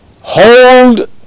hold